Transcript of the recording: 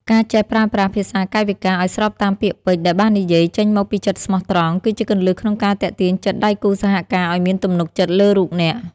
ការចេះប្រើប្រាស់ភាសាកាយវិការឱ្យស្របតាមពាក្យពេចន៍ដែលបាននិយាយ ចេញមកពីចិត្តស្មោះត្រង់ គឺជាគន្លឹះក្នុងការទាក់ទាញចិត្តដៃគូសហការឱ្យមានទំនុកចិត្តលើរូបអ្នក។